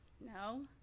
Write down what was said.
No